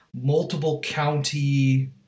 multiple-county